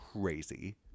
crazy